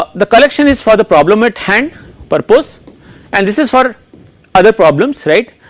ah the collection is for the problem at hand but purpose and this is for other problems right,